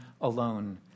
alone